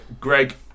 Greg